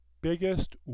biggest